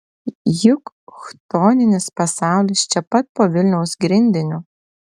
juk chtoninis pasaulis čia pat po vilniaus grindiniu